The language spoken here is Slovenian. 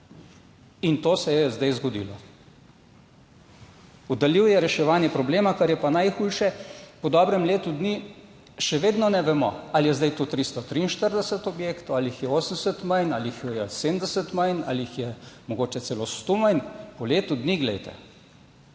in to se je zdaj zgodilo. Oddaljil je reševanje problema. Kar je pa najhujše, po dobrem letu dni še vedno ne vemo ali je zdaj to 343 objektov ali jih je 80 manj ali jih je 70 manj ali jih je mogoče celo sto manj po letu dni. Glejte,